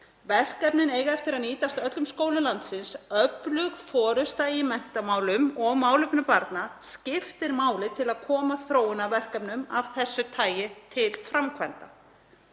Verkefnin eiga eftir að nýtast öllum skólum landsins. Öflug forysta í menntamálum og málefnum barna skiptir máli til að koma þróunarverkefnum af þessu tagi til framkvæmda.